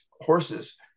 horses